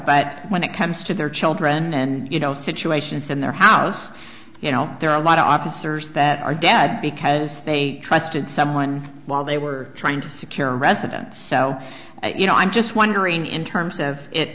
but when it comes to their children and you know situations in their house you know there are a lot of officers that are dead because they trusted someone while they were trying to care a resident so you know i'm just wondering in terms of it